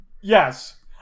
Yes